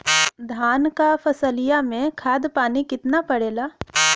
धान क फसलिया मे खाद पानी कितना पड़े ला?